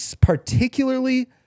particularly